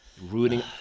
Ruining